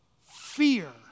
fear